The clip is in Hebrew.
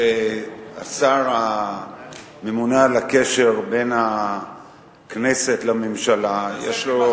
שהשר הממונה על הקשר בין הכנסת לממשלה יש לו,